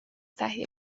تهیه